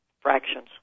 fractions